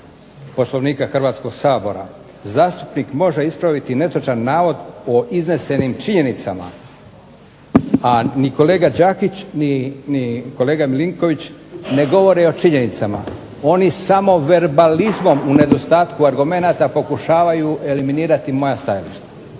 Poslovnika Hrvatskog sabora: "Zastupnik može ispraviti netočan navod o iznesenim činjenicama", a ni kolega Đakić ni kolega Milinković ne govori o činjenicama. Oni samo verbalizmom u nedostatku argumenata pokušavaju eliminirati moja stajališta.